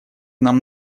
нам